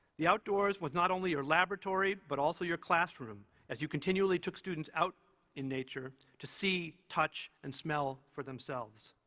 the outdoors was not only your laboratory, but also your classroom as you continually took students out in nature to see, touch, and smell for themselves.